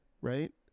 right